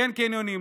כן קניונים,